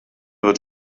wird